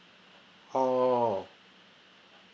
orh